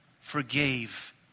forgave